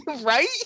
Right